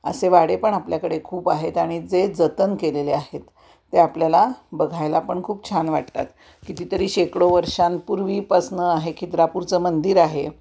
असे वाडे पण आपल्याकडे खूप आहेत आणि जे जतन केलेले आहेत ते आपल्याला बघायला पण खूप छान वाटतात कितीतरी शेकडो वर्षांपूर्वीपासून आहे खिद्रापूरचं मंदिर आहे